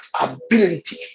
Ability